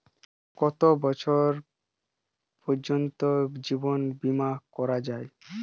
কত বছর বয়স পর্জন্ত জীবন বিমা করা য়ায়?